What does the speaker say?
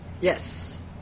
Yes